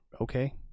okay